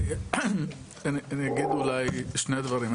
אני אגיד אולי שני דברים,